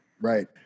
right